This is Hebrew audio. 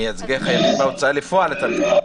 מייצגי חייבים בהוצאה לפועל, אתה מתכוון.